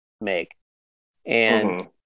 make—and